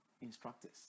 instructors